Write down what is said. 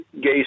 gay